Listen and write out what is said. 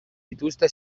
dituzte